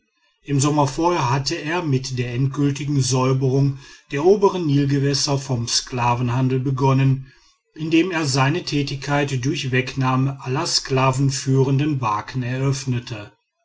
im sommer vorher hatte er mit der endgültigen säuberung der oberen nilgewässer vom sklavenhandel begonnen indem er seine tätigkeit durch wegnahme aller sklavenführenden barken eröffnete